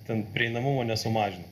ten prieinamumo nesumažino